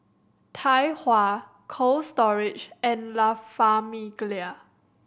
Tai Hua Cold Storage and La Famiglia